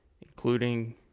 including